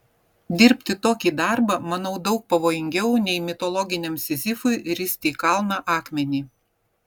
dirbti tokį darbą manau daug pavojingiau nei mitologiniam sizifui risti į kalną akmenį